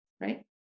right